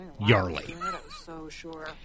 Yarly